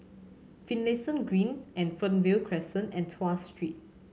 Finlayson Green and Fernvale Crescent and Tuas Street